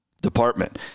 Department